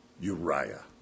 Uriah